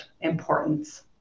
importance